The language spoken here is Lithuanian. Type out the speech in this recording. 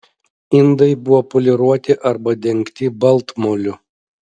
indai buvo poliruoti arba dengti baltmoliu